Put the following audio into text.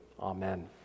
Amen